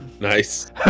Nice